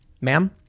ma'am